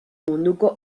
munduko